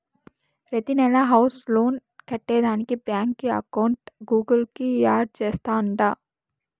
ప్రతినెలా house loan కట్టేదానికి బాంకీ అకౌంట్ గూగుల్ కు యాడ్ చేస్తాండా